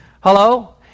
Hello